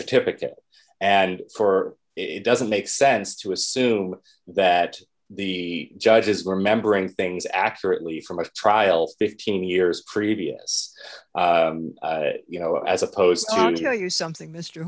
certificate and for it doesn't make sense to assume that the judge is remembering things accurately from a trial fifteen years previous you know as opposed to tell you something mr